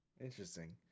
interesting